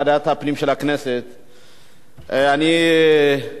אני יודע שדיברתי בהתרגשות רבה.